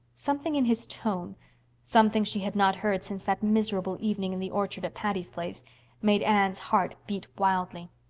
something in his tone something she had not heard since that miserable evening in the orchard at patty's place made anne's heart beat wildly.